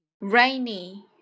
rainy